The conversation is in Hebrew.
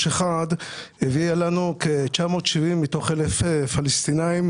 הביאה לנו כ-970 מתוך 1,000 פלסטינאים.